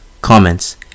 Comments